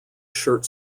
shirt